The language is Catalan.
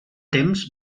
temps